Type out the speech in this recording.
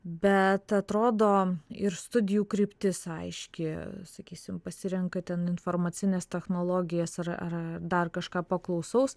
bet atrodo ir studijų kryptis aiški sakysim pasirenka ten informacines technologijas ar ar dar kažką paklausaus